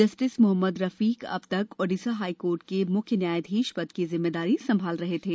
justice Mohammad Rafiq अब तक Odisha high court के मुख्य न्यायाधीश की जिम्मेदारी संभाल रहे थे